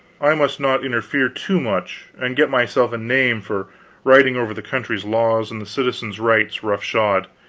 i must not interfere too much and get myself a name for riding over the country's laws and the citizen's rights roughshod.